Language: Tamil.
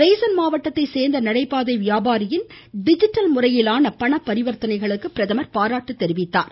சுயளைழ மாவட்டத்தைச் சேர்ந்த நடைபாதை வியாபாரியின் டிஜிட்டல் முறையிலான பண பரிவர்த்தணைகளுக்கு பிரதமர் பாராட்டு தெரிவித்தார்